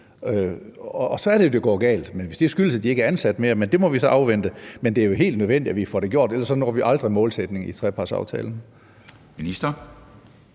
og så er det jo, at det går galt. Det kan jo så være, at det skyldes, at de ikke er ansat mere, men det må vi så afvente. Men det er jo helt nødvendigt, at vi får det gjort, for ellers når vi aldrig målsætningen i trepartsaftalen.